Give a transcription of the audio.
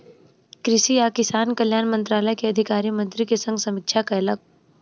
कृषि आ किसान कल्याण मंत्रालय के अधिकारी मंत्री के संग समीक्षा कयलक